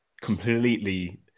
completely